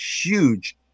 huge